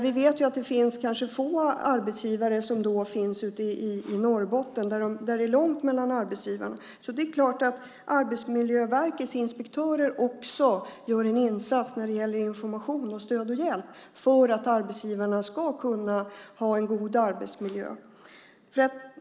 Vi vet att det finns få arbetsgivare ute i Norrbotten. Där är det långt mellan arbetsgivarna. Det är klart att Arbetsmiljöverkets inspektörer gör en insats också när det gäller information och stöd och hjälp för att arbetsgivarna ska kunna ha en god arbetsmiljö.